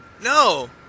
No